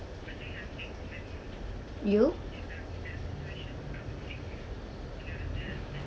you